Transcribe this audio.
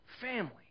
family